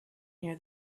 near